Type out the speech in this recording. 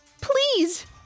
Please